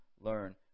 learn